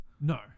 No